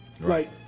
Right